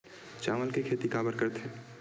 चावल के खेती काबर करथे?